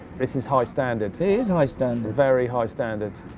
this is high standard. it is high standard. very high standard.